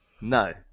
No